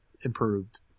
improved